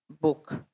book